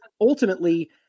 ultimately